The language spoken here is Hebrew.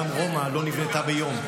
גם רומא לא נבנתה ביום,